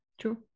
true